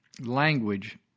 language